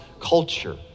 culture